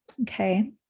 okay